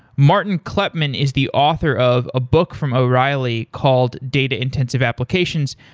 martin kleppmann is the author of a book from o'reilly called data-intensive applications,